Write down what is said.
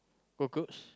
cockroach